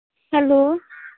hello